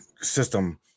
system